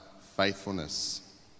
faithfulness